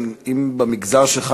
האם במגזר שלך,